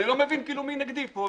אני לא מבין כאילו מי נגד פה.